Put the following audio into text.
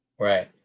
right